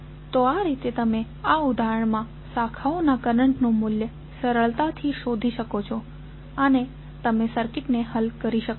તો આ રીતે તમે આ ઉદાહરણ માં શાખાઓના કરંટ નું મૂલ્ય સરળતાથી શોધી શકો છો અને તમે સર્કિટને હલ કરી શકો છો